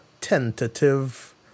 tentative